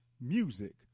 music